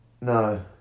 No